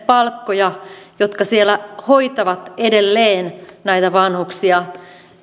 palkkoja jotka siellä hoitavat edelleen näitä vanhuksia